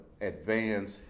advance